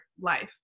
life